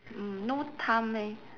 mm no time leh